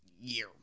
year